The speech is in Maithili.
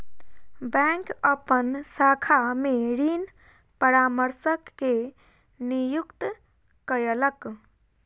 बैंक अपन शाखा में ऋण परामर्शक के नियुक्ति कयलक